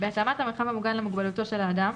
בהתאמת המרחב המוגן למוגבלותו של האדם,